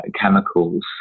chemicals